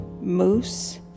Moose